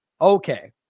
Okay